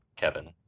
Kevin